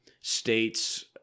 states